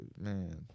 Man